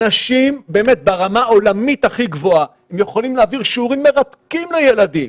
אנשים ברמה עולמית הכי גבוהה והם יכולים להעביר שיעורים מרתקים לילדים.